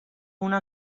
una